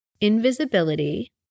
invisibility